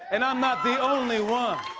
and i'm not the only one.